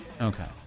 Okay